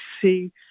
see